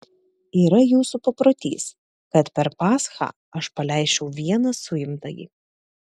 yra jūsų paprotys kad per paschą aš paleisčiau vieną suimtąjį